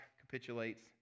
capitulates